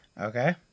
Okay